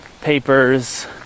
papers